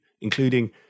including